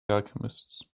alchemists